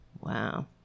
Wow